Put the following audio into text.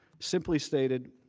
simply stated,